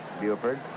Buford